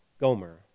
Gomer